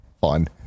fun